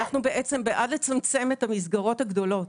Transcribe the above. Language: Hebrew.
אנחנו בעצם בעד לצמצם את המסגרות הגדולות.